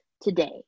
today